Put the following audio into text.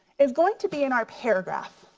is going to be in our paragraph.